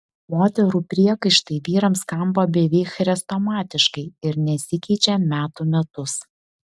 moterų priekaištai vyrams skamba beveik chrestomatiškai ir nesikeičia metų metus